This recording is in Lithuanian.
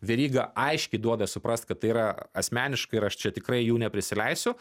veryga aiškiai duoda suprast kad tai yra asmeniška ir aš čia tikrai jų neprisileisiu